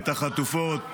את החטופות,